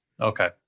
okay